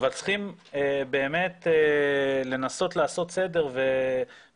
אבל צריכים באמת לנסות לעשות סדר ובהתאם